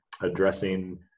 addressing